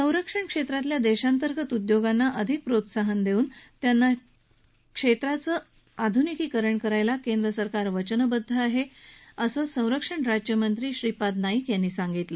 संरक्षणक्षेत्रातल्या देशांतर्गत उद्योगांना अधिक प्रोत्साहन देऊन या क्षेत्राचं आधुनिकीकरण करायला केंद्रसरकार वचनबद्ध आहे अशी ग्वाही संरक्षण राज्यमंत्री श्रीपाद नाईक यांनी दिली